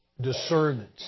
discernment